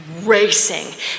racing